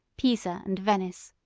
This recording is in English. pisa, and venice.